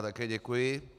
Také děkuji.